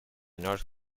north